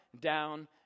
down